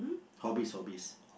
hobbies hobbies